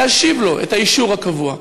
להשיב לו את האישור הקבוע,